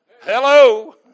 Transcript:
Hello